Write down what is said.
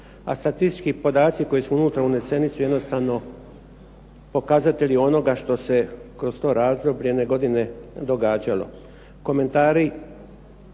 a statistički podaci koji su unutra uneseni su jednostavno pokazatelji onoga što se kroz to razdoblje jedne godine događalo. Komentari